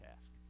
task